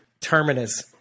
Terminus